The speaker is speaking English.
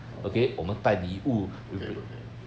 !walao! 不可以不可以